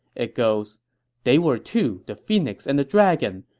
it goes they were two, the phoenix and the dragon,